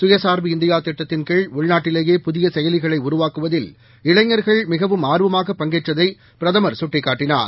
சுயச்சார்புஇந்தியாதிட்டத்தின்கீழ்உள்நாட்டிலேயேபுதியசெ யலிகளைஉருவாக்குவதில்இளைஞர்கள்மிகவும்ஆர்வமாகப ங்கேற்றதைபிரதமர்சுட்டிக்காட்டினார்